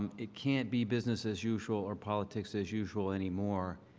it can't be business as usual or politics as usual anymore.